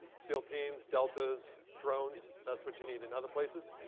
seal teams, deltas, drones, that's what you need. in other places,